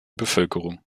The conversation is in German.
bevölkerung